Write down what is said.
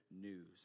news